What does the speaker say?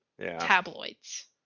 tabloids